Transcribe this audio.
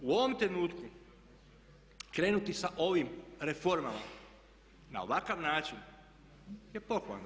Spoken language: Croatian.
U ovom trenutku krenuti sa ovim reformama na ovakav način je pohvalno.